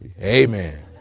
Amen